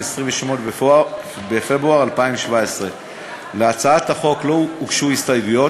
28 בפברואר 2017. להצעת החוק לא הוגשו הסתייגויות,